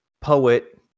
poet